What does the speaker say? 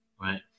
right